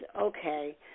okay